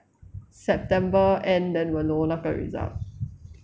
september end then will know 那个 result